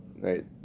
right